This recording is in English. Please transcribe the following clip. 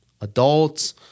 adults